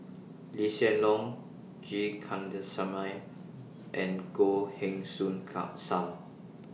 Lee Hsien Loong G Kandasamy and Goh Heng Soon SAM